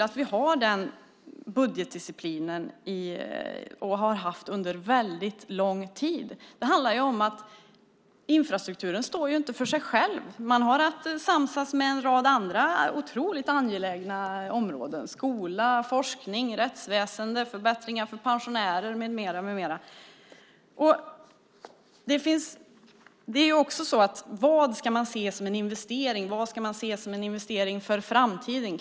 Att vi har den budgetdisciplinen och har haft den under väldigt lång tid handlar om att infrastrukturen inte står för sig själv. Man har att samsas med en rad andra otroligt angelägna om-råden: skola, forskning, rättsväsende, förbättringar för pensionärer med mera. Vad ska man se som en investering? Vad ska man se som en investering för framtiden?